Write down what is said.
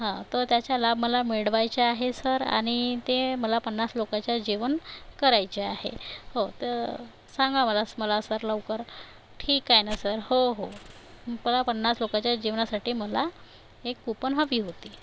हां तर त्याचा लाभ मला मिळवायचा आहे सर आणि ते मला पन्नास लोकाचा जेवण करायचे आहे हो तं सांगा मला स मला सर लवकर ठिक आहे ना सर हो हो मला पन्नास लोकाच्या जेवणासाठी मला एक कुपन हवी होती